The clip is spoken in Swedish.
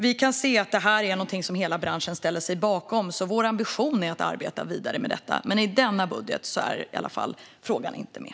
Vi kan se att detta är någonting som hela branschen ställer sig bakom, så vår ambition är att arbeta vidare med det. Men i denna budget är frågan inte med.